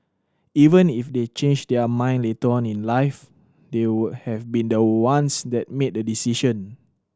even if they change their mind later on in life they would have been the ones that made the decision